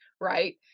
right